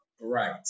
Right